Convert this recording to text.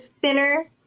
thinner